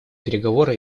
переговоры